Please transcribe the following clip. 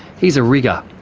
he's a rigger,